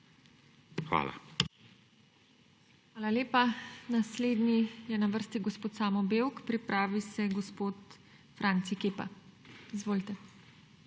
Hvala lepa. Naslednji je na vrsti gospod Samo Bevk, pripravi se gospod Franci Kepa. Izvolite.